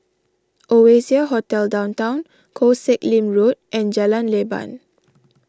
Oasia Hotel Downtown Koh Sek Lim Road and Jalan Leban